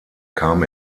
kam